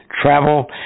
travel